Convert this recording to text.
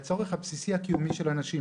והצורך הבסיסי הקיומי של אנשים,